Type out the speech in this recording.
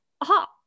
aha